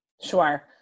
Sure